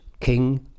King